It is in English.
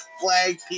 Flag